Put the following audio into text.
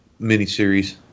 miniseries